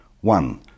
One